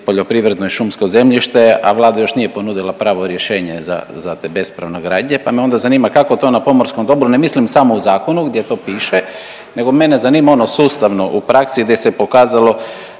poljoprivredno i šumsko zemljište, a Vlada još nije ponudila pravo rješenje za te bespravne gradnje, pa me onda zanima kako to na pomorskom dobru. Ne mislim samo u zakonu gdje to piše, nego mene zanima ono sustavno u praksi gdje se pokazalo